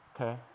okay